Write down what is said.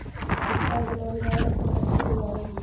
शिक्षा एगो न बुझाय बला संपत्ति के उदाहरण हई